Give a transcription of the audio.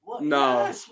no